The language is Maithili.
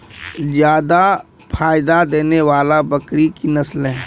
जादा फायदा देने वाले बकरी की नसले?